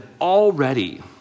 already